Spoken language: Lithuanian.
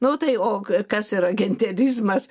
nu tai o kas yra genderizmas